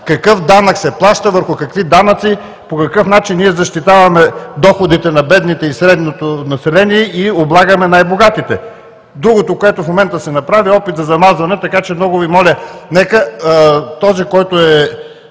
какъв данък се плаща, върху какви доходи, по какъв начин ние защитаваме доходите на бедните и средното население и облагаме най-богатите. Другото, което в момента се направи, е опит да замазваме, така че много Ви моля, нека този, който е